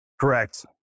Correct